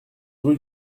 rue